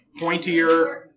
pointier